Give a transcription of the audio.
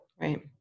Right